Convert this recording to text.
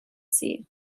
sea